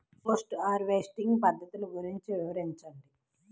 Post harvesting పద్ధతులు గురించి వివరించండి?